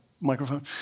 microphone